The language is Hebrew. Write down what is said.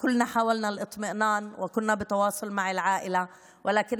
כולנו ניסינו לקבל עדכונים מרגיעים והיינו בקשר עם המשפחה,